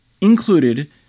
included